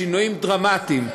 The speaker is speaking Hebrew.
שינויים דרמטיים,